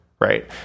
right